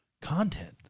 content